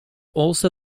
also